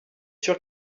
sûr